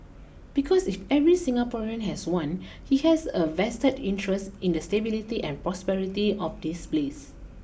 because if every Singaporean has one he has a vested interest in the stability and prosperity of this place